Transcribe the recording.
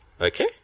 Okay